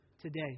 today